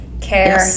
care